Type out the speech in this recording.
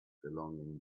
belonging